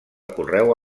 correu